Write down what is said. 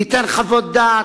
ייתן חוות דעת,